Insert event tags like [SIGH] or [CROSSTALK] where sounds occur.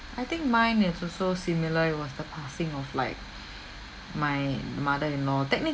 I think mine is also similar it was the passing of like [BREATH] my mother-in-law technically